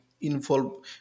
involve